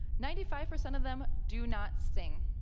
ninety five per cent of them do not sting.